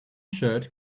shirt